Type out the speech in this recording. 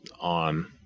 on